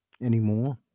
anymore